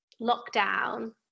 lockdown